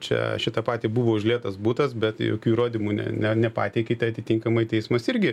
čia šitą patį buvo užlietas butas bet jokių įrodymų ne nepatiki tai atitinkamai teismas irgi